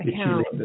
account